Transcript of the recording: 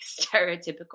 stereotypical